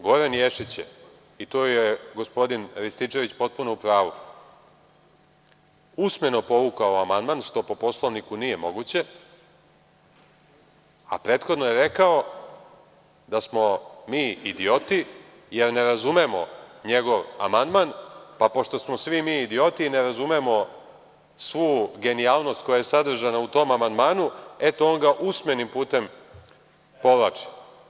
Goran Ješić je i tu je gospodin Rističević potpuno u pravu, usmeno povukao amandman, što po Poslovniku nije moguće, a prethodno je rekao da smo mi idioti jer ne razumemo njegov amandman, pa pošto smo mi idioti i ne razumemo svu genijalnost koja je sadržana u tom amandmanu eto on ga usmenim putem povlači.